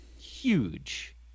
huge